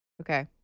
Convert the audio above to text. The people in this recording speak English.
Okay